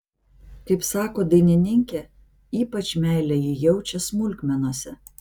kaip sako dainininkė ypač meilę ji jaučia smulkmenose